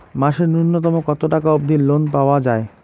মাসে নূন্যতম কতো টাকা অব্দি লোন পাওয়া যায়?